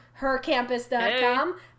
HerCampus.com